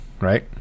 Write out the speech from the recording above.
right